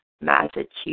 Massachusetts